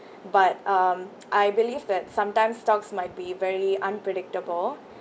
but um I believe that sometimes stocks might be very unpredictable